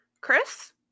Chris